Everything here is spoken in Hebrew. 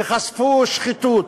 שחשפו שחיתות,